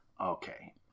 Okay